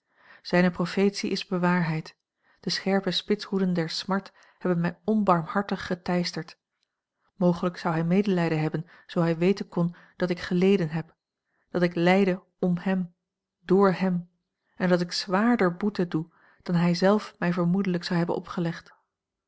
zijne profetie is bewaarheid de scherpe spitsroeden der smart hebben mij onbarmhartig geteisterd mogelijk zou hij medelijden hebben zoo hij weten kon dat ik geleden heb dat ik lijde om hem door hem en dat ik zwaarder boete doe dan hij zelf mij vermoedelijk zou hebben opgelegd